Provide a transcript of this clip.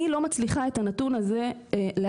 אני לא מצליחה את הנתון הזה להשיג,